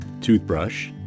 toothbrush